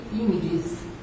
images